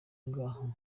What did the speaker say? ngaha